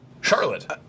Charlotte